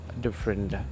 different